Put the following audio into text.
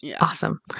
awesome